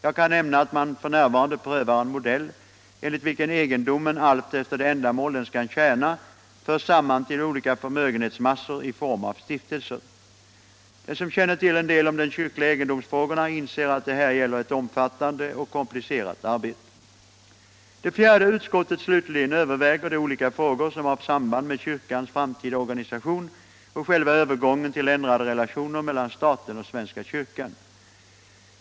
Jag kan nämna, att man f.n. prövar en modell, enligt vilken egendomen alltefter det ändamål den skall tjäna förs samman till olika förmögenhetsmassor i form av stiftelser. Den som känner till en del om de kyrkliga egendomsfrågorna inser att det här gäller ett omfattande och komplicerat arbete. Det fjärde utskottet slutligen överväger de olika frågor som har sam band med kyrkans framtida organisation och själva övergången till ändrade relationer mellan staten och svenska kyrkan.